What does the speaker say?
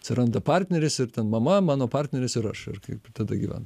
atsiranda partneris ir ten mama mano partneris ir aš ir kaip tada gyven